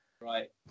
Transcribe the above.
Right